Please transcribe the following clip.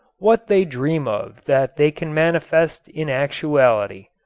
what they dream of that they can manifest in actuality.